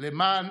למען